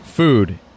food